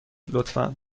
لطفا